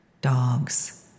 dogs